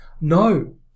No